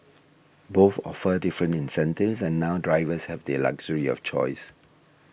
both offer different incentives and now drivers have the luxury of choice